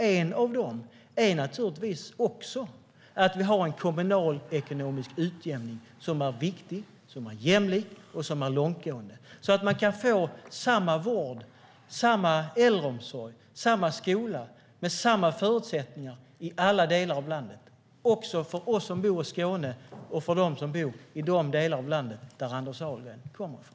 En av dessa lösningar är att vi har en kommunalekonomisk utjämning som är viktig, jämlik och långtgående så att man kan få samma vård, äldreomsorg och skola med samma förutsättningar i alla delar av landet, också vi som bor i Skåne och de som bor i de delar av landet som Anders Ahlgren kommer ifrån.